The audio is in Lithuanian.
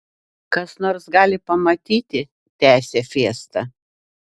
kas nors gali pamatyti tęsė fiesta